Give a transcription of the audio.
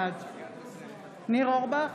בעד ניר אורבך,